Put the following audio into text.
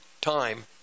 time